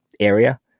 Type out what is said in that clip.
area